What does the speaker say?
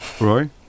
Roy